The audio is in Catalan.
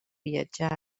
viatjar